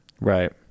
Right